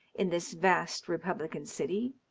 in this vast republican city,